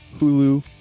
Hulu